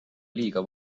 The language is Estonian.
liiga